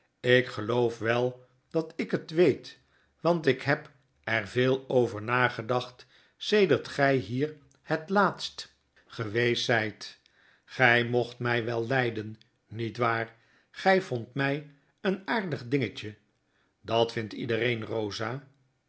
ik geloof wel dat ik het weet want ik heb er veel over nagedacht sedert gy hier het laatst geweest zyt gy mocht my wel lijden niet waar gy vondt my een aardig dingetje dat vind iedereen bosa